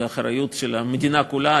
זו האחריות של המדינה כולה,